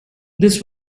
this